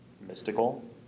mystical